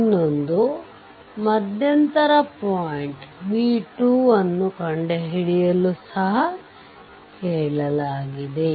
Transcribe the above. ಇನ್ನೊಂದು ಮಧ್ಯಂತರ point v2 ಅನ್ನು ಕಂಡುಹಿಡಿಯಲು ಸಹ ಕೇಳಲಾಗಿದೆ